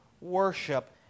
worship